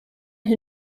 who